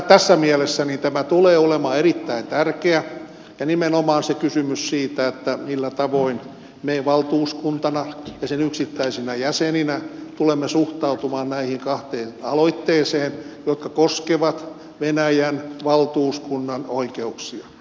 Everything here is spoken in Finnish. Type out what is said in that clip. tässä mielessä tämä tulee olemaan erittäin tärkeä ja nimenomaan se kysymys siitä millä tavoin me valtuuskuntana ja sen yksittäisinä jäseninä tulemme suhtautumaan näihin kahteen aloitteeseen jotka koskevat venäjän valtuuskunnan oikeuksia